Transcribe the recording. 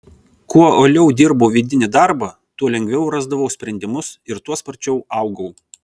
kuo uoliau dirbau vidinį darbą tuo lengviau rasdavau sprendimus ir tuo sparčiau augau